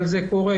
אבל זה קורה.